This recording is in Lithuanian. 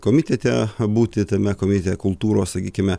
komitete būti tame komite kultūros sakykime